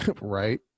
right